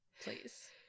Please